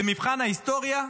במבחן ההיסטוריה,